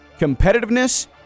competitiveness